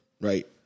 right